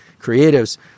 creatives